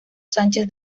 sánchez